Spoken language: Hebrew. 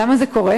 למה זה קורה?